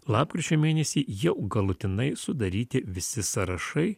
lapkričio mėnesį jau galutinai sudaryti visi sąrašai